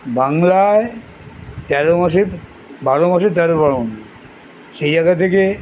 বাংলায় তেরো মাসের বারো মাসের তেরো পার্বণ সেই জায়গা থেকে